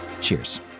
Cheers